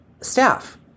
staff